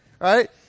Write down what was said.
Right